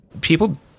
people